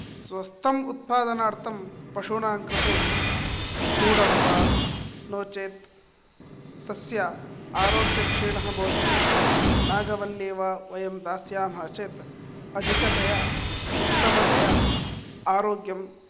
स्वस्थम् उत्पादनार्थं पशूनां कृते गुडं वा नो चेत् तस्य आरोग्यक्षीणः भवति चेत् नागवल्लीं वा वयं दास्यामः चेत् अधिकतया उत्तमतया आरोग्यं